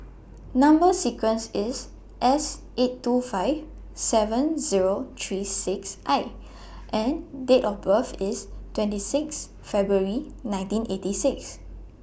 Number sequence IS S eight two five seven Zero three six I and Date of birth IS twenty six February nineteen eighty six